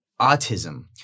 autism